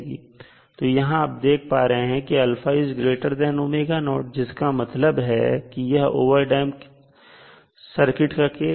तो यहां आप देख पा रहे हैं कि है जिसका मतलब है कि यह ओवरडैंप सर्किट का केस है